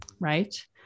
Right